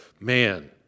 Man